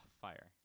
fire